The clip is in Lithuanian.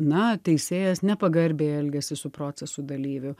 na teisėjas nepagarbiai elgiasi su proceso dalyviu